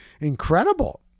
incredible